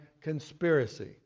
conspiracy